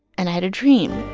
and i had a dream.